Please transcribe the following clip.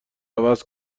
عوض